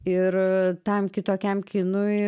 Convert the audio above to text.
ir tam kitokiam kinui